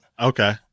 Okay